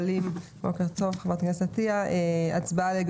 בוקר טוב, חה"כ עטייה, אנחנו מעלים להצבעה את